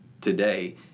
today